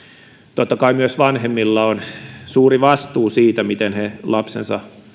totta kai myös vanhemmilla on suuri vastuu siitä miten he lapsensa